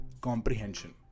comprehension